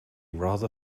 rather